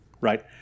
right